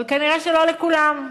אבל כנראה שלא לכולם.